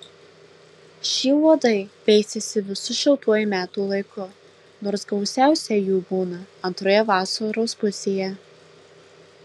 šie uodai veisiasi visu šiltuoju metų laiku nors gausiausiai jų būna antroje vasaros pusėje